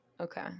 Okay